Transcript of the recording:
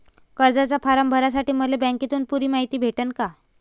कर्जाचा फारम भरासाठी मले बँकेतून पुरी मायती भेटन का?